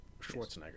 Schwarzenegger